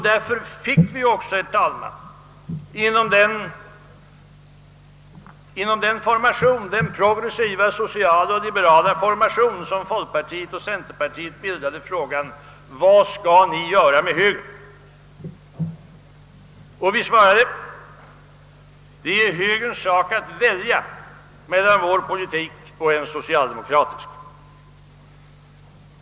Därför fick vi också inom den progressiva sociala och liberala formation, som folkpartiet och centerpartiet bildade, frågan: Vad skall ni göra med högern? Vi svarade: Det är högerns sak att välja mellan vår politik och en socialdemokratisk politik.